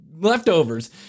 leftovers